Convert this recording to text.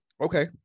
Okay